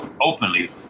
openly